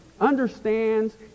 understands